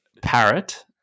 parrot